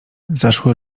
zaszły